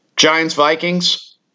Giants-Vikings